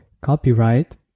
copyright